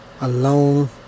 alone